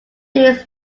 new